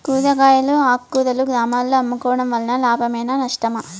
కూరగాయలు ఆకుకూరలు గ్రామాలలో అమ్ముకోవడం వలన లాభమేనా నష్టమా?